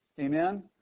Amen